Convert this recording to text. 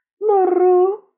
Muru